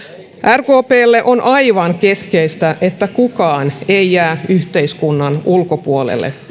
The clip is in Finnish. rkplle on aivan keskeistä että kukaan ei jää yhteiskunnan ulkopuolelle